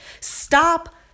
Stop